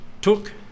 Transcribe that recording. took